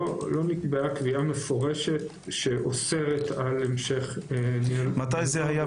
לא נקבעה קביעה מפורשת שאוסרת על המשך --- מתי זה היה?